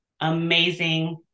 amazing